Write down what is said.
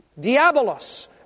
Diabolos